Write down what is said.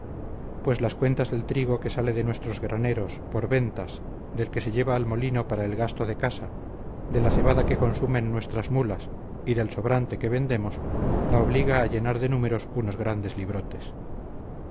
pues las cuentas del trigo que sale de nuestros graneros por ventas del que se lleva al molino para el gasto de casa de la cebada que consumen nuestras mulas y del sobrante que vendemos la obliga a llenar de números unos grandes librotes